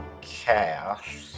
cash